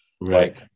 Right